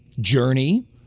Journey